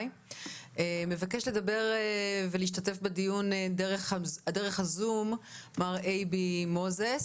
מבקש לדבר ולהשתתף בדיון דרך הזום מר אייבי מוזס